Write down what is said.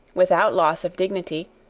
without loss of dignity,